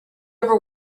ever